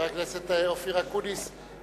חבר הכנסת אופיר אקוניס, אם